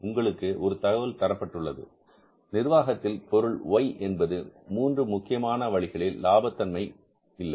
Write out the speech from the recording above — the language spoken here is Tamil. உங்களுக்கு ஒரு தகவல் தரப்பட்டுள்ளது நிர்வாகத்தில் பொருள் Y என்பது மூன்று முக்கியமான வழிகளில் லாப தன்மை இல்லை